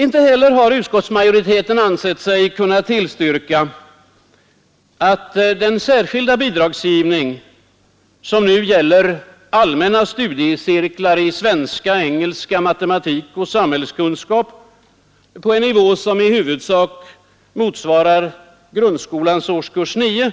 Inte heller har utskottsmajoriteten ansett sig kunna tillstyrka att den särskilda bidragsgivning som nu gäller allmänna studiecirklar i svenska, engelska, matematik och samhällskunskap på en nivå som i huvudsak motsvarar grundskolans årskurs 9